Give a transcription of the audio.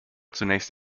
zunächst